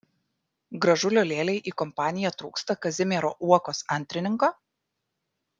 gražulio lėlei į kompaniją trūksta kazimiero uokos antrininko